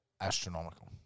astronomical